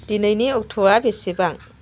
दिनैनि अक्ट'आ बेसेबां